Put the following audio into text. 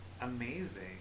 amazing